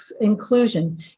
inclusion